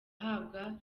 ahabwa